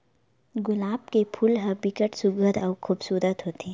गुलाब के फूल ह बिकट सुग्घर अउ खुबसूरत होथे